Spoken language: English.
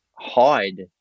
hide